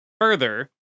further